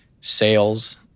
sales